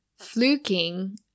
fluking